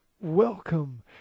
welcome